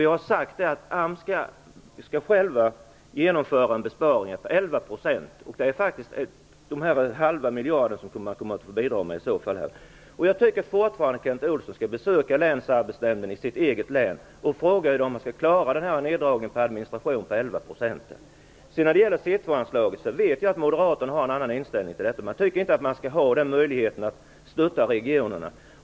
Vi har sagt att AMS självt skall genomföra besparingar på 11 %. Det är faktiskt en halv miljard som man i så fall kommer att få bidra med. Jag tycker fortfarande att Kent Olsson skall besöka länsarbetsnämnden i sitt eget län och fråga hur man skall klara neddragningen med 11 % på administrationen. Jag vet att moderaterna har en annan inställning till C 2-anslaget än vi. De tycker inte att man skall ha möjligheten att stötta regionerna.